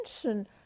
attention